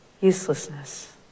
uselessness